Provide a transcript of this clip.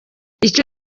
icyo